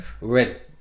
Red